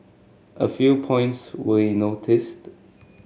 a few points we noticed